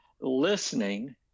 listening